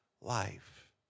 life